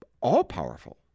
all-powerful